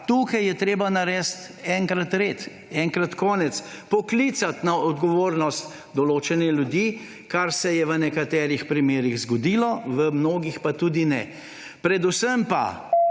tukaj je treba narediti enkrat red, enkrat konec, poklicati na odgovornost določene ljudi, kar se je v nekaterih primerih zgodilo, v mnogih pa tudi ne. Predvsem pa